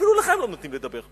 אפילו לך הם לא נותנים לדבר.